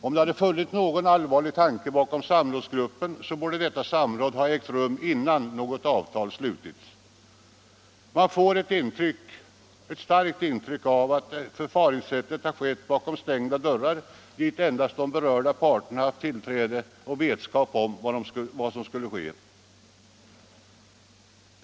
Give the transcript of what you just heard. Om det hade funnits någon allvarlig tanke bakom samrådsgruppen, borde detta samråd ha ägt rum innan något avtal slutits. Man får nu ett starkt intryck av att hela förfarandet har skett bakom stängda dörrar, dit endast de berörda parterna haft tillträde och vetskap om vad som skulle ske.